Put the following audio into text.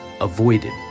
avoided